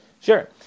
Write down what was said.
Sure